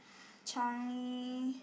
Changi